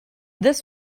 this